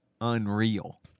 unreal